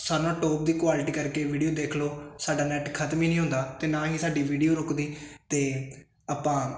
ਸਾਰਿਆਂ ਨਾਲੋਂ ਟੋਪ ਦੀ ਕੁਆਲਿਟੀ ਕਰਕੇ ਵੀਡੀਓ ਦੇਖ ਲਓ ਸਾਡਾ ਨੈਟ ਖਤਮ ਹੀ ਨਹੀਂ ਹੁੰਦਾ ਤੇ ਨਾ ਹੀ ਸਾਡੀ ਵੀਡੀਓ ਰੁਕਦੀ ਤੇ ਆਪਾਂ